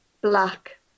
black